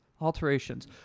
Alterations